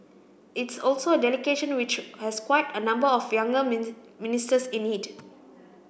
it's also a delegation which has quite a number of younger mini ministers in it